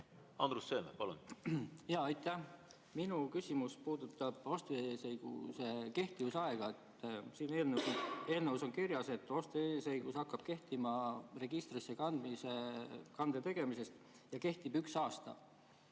[õigus] pikeneb? Aitäh! Minu küsimus puudutab ostuõiguse kehtivusaega. Siin eelnõus on kirjas, et ostuõigus hakkab kehtima registrisse kande tegemisest ja kehtib üks aasta.